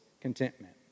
contentment